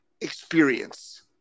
experience